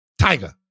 Tiger